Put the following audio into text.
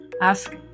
ask